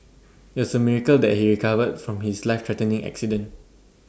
IT was A miracle that he recovered from his life threatening accident